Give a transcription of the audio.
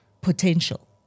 potential